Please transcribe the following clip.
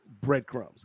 breadcrumbs